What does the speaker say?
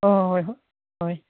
ꯍꯣꯏ ꯍꯣꯏ ꯍꯣꯏ ꯍꯣꯏ